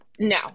No